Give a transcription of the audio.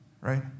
right